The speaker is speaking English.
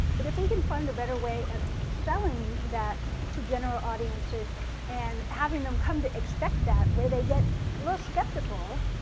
but if we can find a better way of selling that to general audiences and having them come to expect that, where they get more skeptical,